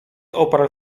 oparł